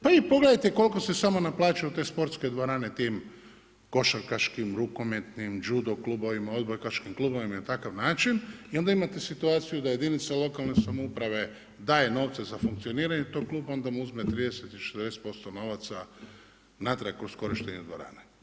Pa vi pogledajte koliko se samo naplaćuju te sportske dvorane tim košarkaškim rukometnim, judo klubovima, odbojkaškim klubovima na takav način i onda imate situaciju da jedinica lokalne samouprave daje novce za funkcioniranje tog kluba, a onda mu uzme 30 ili 60% novaca natrag kroz korištenje dvorane.